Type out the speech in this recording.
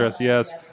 yes